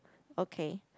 okay